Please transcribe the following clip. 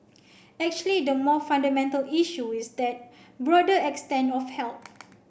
actually the more fundamental issue is that broader extent of help